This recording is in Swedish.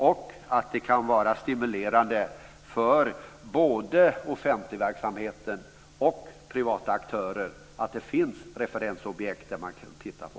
Och det kan vara stimulerande både för den offentliga verksamheten och för privata aktörer att det finns referensobjekt som man kan titta på.